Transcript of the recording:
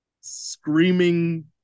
screaming